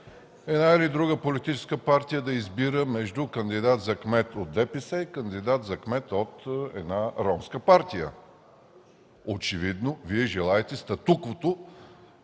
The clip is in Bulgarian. една или друга политическа партия да избира между кандидат за кмет от ДПС и кандидат за кмет от една ромска партия. Очевидно Вие желаете статуквото